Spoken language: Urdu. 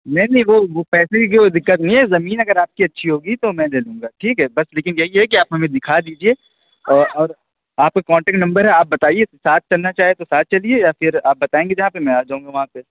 نہیں نہیں وہ وہ پیسے کی کوئی دقت نہیں ہے زمین اگر آپ کی اچھی ہوگی تو میں دے دوں گا ٹھیک ہے بس لیکن یہی ہے کہ آپ ہمیں دکھا دیجیے اور آپ کا کانٹیکٹ نمبر ہے آپ بتائیے ساتھ چلنا چاہیں تو ساتھ چلیے یا پھر آپ بتائیں گے جہاں پہ میں آ جاؤں گا وہاں پہ